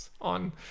on